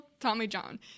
Tommyjohn